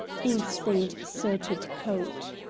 ink-stained surtout coat.